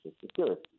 security